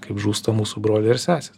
kaip žūsta mūsų broliai ir sesės